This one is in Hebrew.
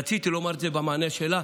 רציתי לומר את זה במענה שלה.